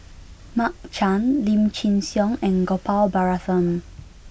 Mark Chan Lim Chin Siong and Gopal Baratham